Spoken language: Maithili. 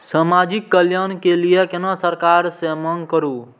समाजिक कल्याण के लीऐ केना सरकार से मांग करु?